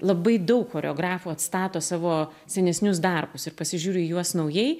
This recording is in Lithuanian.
labai daug choreografų atstato savo senesnius darbus ir pasižiūri į juos naujai